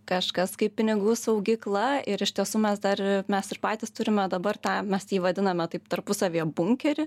kažkas kaip pinigų saugykla ir iš tiesų mes dar mes ir patys turime dabar tą mes jį vadiname taip tarpusavyje bunkerį